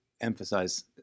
emphasize